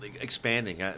expanding